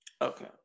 Okay